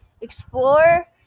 explore